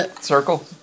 Circle